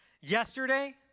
yesterday